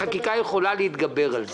החקיקה יכולה להתגבר על זה.